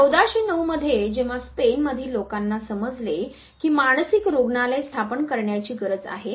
1409 मध्ये जेव्हा स्पेन मधील लोकांना समजले की मानसिक रुग्णालय स्थापन करण्याची गरज आहे